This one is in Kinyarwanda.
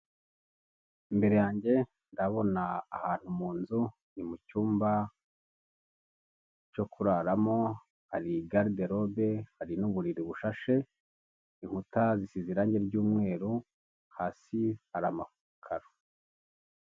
Imbere yange ndahabona ahantu munzu mu cyumba cyo kuraramo, hari garide robe hari n'uburiri bushashe, inkuta zisize irange ry'umweru, hasi hari amakaro.